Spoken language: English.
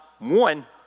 One